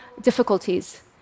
difficulties